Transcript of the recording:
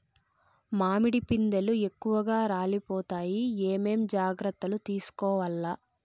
మామిడి పిందెలు ఎక్కువగా రాలిపోతాయి ఏమేం జాగ్రత్తలు తీసుకోవల్ల?